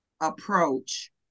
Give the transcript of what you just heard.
approach